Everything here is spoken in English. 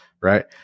right